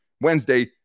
Wednesday